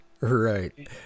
Right